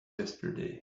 yesterday